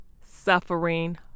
suffering